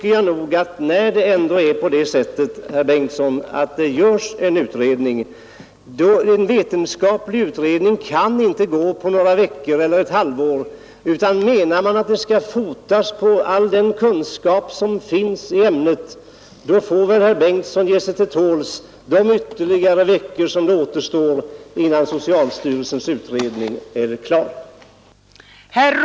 En vetenskaplig utredning, herr Bengtsson, kan inte göras på några veckor eller ett halvår. Menar man att den skall fotas på all den kunskap som finns i ämnet, får herr Bengtsson väl ge sig till tåls de ytterligare veckor som återstår innan socialstyrelsens utredning är klar.